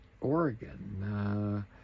Oregon